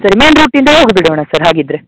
ಸರಿ ಮೇಯ್ನ್ ರೂಟಿಂದ್ಲೇ ಹೋಗ್ಬಿಡೋಣ ಸರ್ ಹಾಗಿದ್ದರೆ